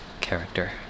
character